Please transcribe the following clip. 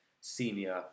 senior